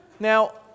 Now